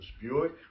Buick